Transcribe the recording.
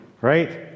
Right